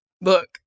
Look